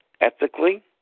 ethically